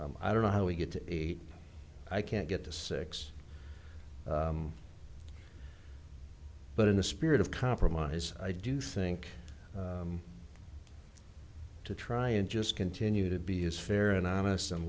best i don't know how we get to eight i can't get to six but in the spirit of compromise i do think to try and just continue to be is fair and honest and